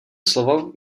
slovo